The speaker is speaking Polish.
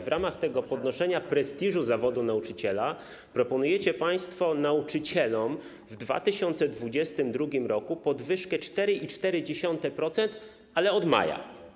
W ramach tego podnoszenia prestiżu zawodu nauczyciela proponujecie państwo nauczycielom w 2022 r. podwyżkę 4,4%, ale od maja.